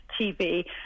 TV